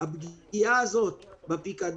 ברוכות ילדים.